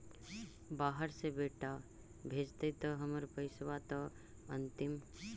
बाहर से बेटा भेजतय त हमर पैसाबा त अंतिम?